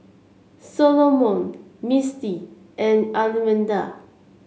Solomon Misti and Almeda